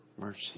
mercy